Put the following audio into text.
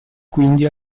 quindi